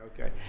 Okay